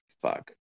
fuck